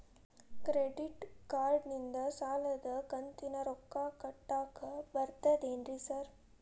Credit ಕಾರ್ಡನಿಂದ ಸಾಲದ ಕಂತಿನ ರೊಕ್ಕಾ ಕಟ್ಟಾಕ್ ಬರ್ತಾದೇನ್ರಿ ಸಾರ್?